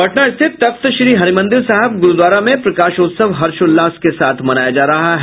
पटना स्थित तख्त श्री हरिमन्दिर साहिब गुरुद्वारा में प्रकाशोत्सव हर्षोल्लास के साथ मनाया जा रहा है